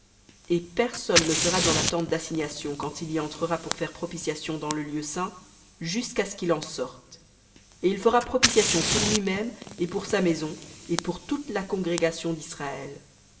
et personne ne sera dans la tente d'assignation quand il y entrera pour faire propitiation dans le lieu saint jusqu'à ce qu'il en sorte et il fera propitiation pour lui-même et pour sa maison et pour toute la congrégation d'israël